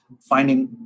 Finding